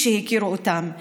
שיגידו שברגע שיחזירו להם,